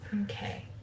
Okay